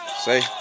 Say